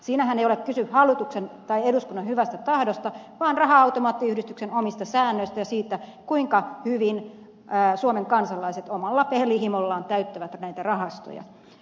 siinähän ei ole kyse hallituksen tai eduskunnan hyvästä tahdosta vaan raha automaattiyhdistyksen omista säännöistä ja siitä kuinka hyvin suomen kansalaiset omalla pelihimollaan täyttävät näitä rahastoja